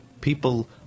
people